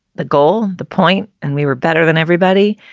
the goal, the point and we were better than everybody.